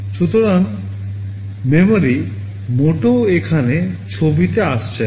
সুতরাং MEMORY মোটেও এখানে ছবিতে আসছে না